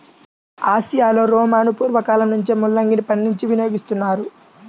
ఆసియాలో రోమను పూర్వ కాలంలో నుంచే ముల్లంగిని పండించి వినియోగిస్తున్నారు